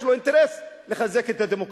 דווקא המיעוט יש לו אינטרס לחזק את הדמוקרטיה.